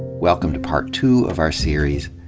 welcome to part two of our series,